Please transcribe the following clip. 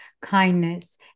kindness